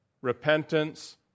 repentance